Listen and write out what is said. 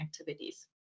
activities